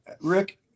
Rick